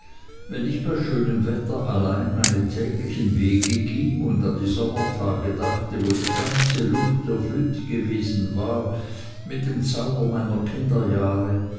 wenn ich bei schönem wetter allein meine täglichen wege ging und an die sommertage dachte wo die ganze luft erfüllt gewesen war mit dem zauber meiner